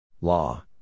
Law